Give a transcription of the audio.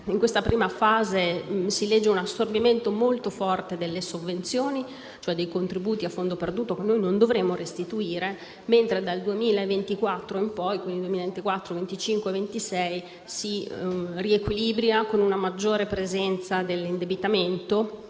nella prima fase vi sarà un assorbimento molto forte delle sovvenzioni, e cioè dei contributi a fondo perduto che non dovremo restituire, mentre dal 2024 in poi - quindi nel 2024, nel 2025 e nel 2026 - si riequilibrerà con una maggiore presenza dell'indebitamento